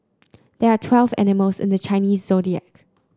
there are twelve animals in the Chinese Zodiac